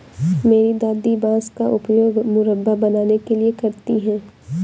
मेरी दादी बांस का उपयोग मुरब्बा बनाने के लिए करती हैं